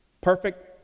perfect